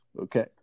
okay